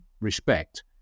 respect